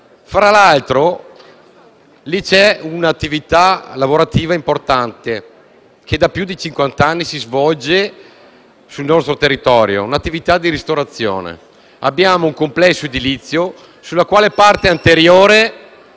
realtà c'è un'attività lavorativa importante che da più di cinquanta anni si svolge sul nostro territorio, un'attività di ristorazione. Abbiamo un complesso edilizio nella cui parte anteriore